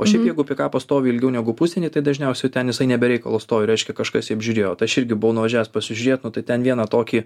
o šiaip jeigu pikapas stovi ilgiau negu pusdienį tai dažniausiai ten jisai ne be reikalo stovi reiškia kažkas jį apžiūrėjo tai aš irgi buvau nuvažiavęs pasižiūrėt nu tai ten vieną tokį